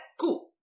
Cool